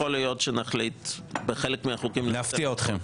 יכול להיות שנחליט בחלק מהחוקים --- להפתיע אתכם.